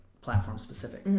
platform-specific